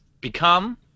Become